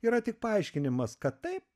yra tik paaiškinimas kad taip